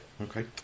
Okay